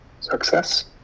Success